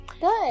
Good